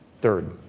Third